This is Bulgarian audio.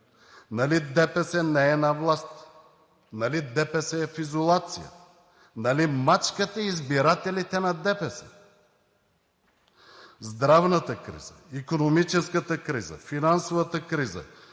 Нали ДПС не е на власт? Нали ДПС е в изолация? Нали мачкате избирателите на ДПС? Здравната криза, икономическата криза, финансовата криза,